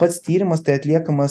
pats tyrimas tai atliekamas